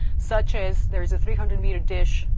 such as, there is a three hundred meter dish,